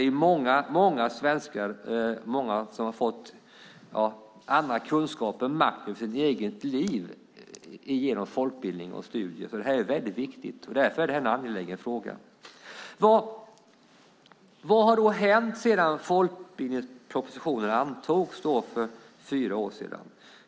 Många svenskar har fått andra kunskaper och makt över sitt eget liv genom folkbildning och studier, så det här är väldigt viktigt. Därför är det här en angelägen fråga. Vad har då hänt sedan folkbildningspropositionen antogs för fyra år sedan?